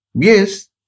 Yes